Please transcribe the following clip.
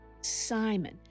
Simon